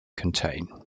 contain